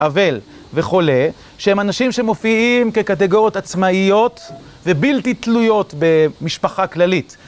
אבל וחולה, שהם אנשים שמופיעים כקטגוריות עצמאיות ובלתי תלויות במשפחה כללית.